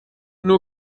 nur